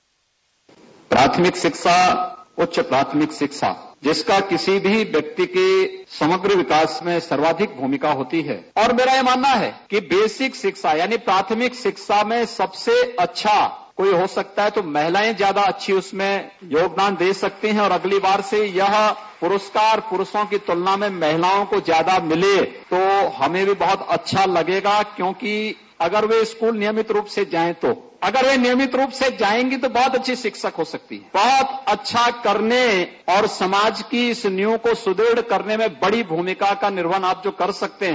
bite प्राथमिक शिक्षा उच्च प्राथमिक शिक्षा जिसका किसी भी व्यक्ति के समग्र विकास में सर्वाधिक भूमिका होती है और मेरा यह मानना है कि बेसिक शिक्षा यानी प्राथमिक शिक्षा में सबसे अच्छा कोई हो सकता है तो महिलाएं ज्यादा अच्छी उसमें योगदान दे सकती है और अगली बार से यह पुरस्कार पुरूषों की तुलना में महिलाओं को ज्यादा मिले तो हमें भी बहुत अच्छा लगेगा क्योंकि अगर वह स्कूल नियमित रूप से जाये तो अगर वह नियमित रूप से जायेंगी तो बहुत अच्छी शिक्षक हो सकती है बहुत अच्छा करने और समाज की इस नींव को सुदृढ़ करने में बड़ी भूमिका का निर्वहन आप जो कर सकते हैं